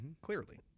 Clearly